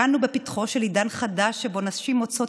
"אנו בפתחו של עידן חדש שבו נשים מוצאות